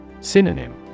Synonym